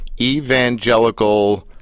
evangelical